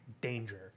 danger